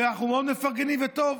ואנחנו מאוד מפרגנים, וטוב,